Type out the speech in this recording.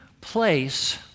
place